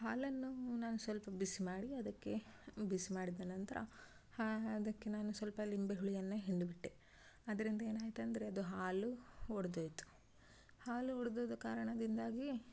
ಹಾಲನ್ನು ನಾನು ಸ್ವಲ್ಪ ಬಿಸಿ ಮಾಡಿ ಅದಕ್ಕೆ ಬಿಸಿ ಮಾಡಿದ ನಂತರ ಅದಕ್ಕೆ ನಾನು ಸ್ವಲ್ಪ ಲಿಂಬೆ ಹುಳಿಯನ್ನು ಹಿಂಡಿ ಬಿಟ್ಟೆ ಅದರಿಂದ ಏನಾಯಿತು ಅಂದರೆ ಅದು ಹಾಲು ಒಡೆದೋಯ್ತು ಹಾಲು ಓಡೆದೋದ ಕಾರಣದಿಂದಾಗಿ